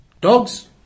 dogs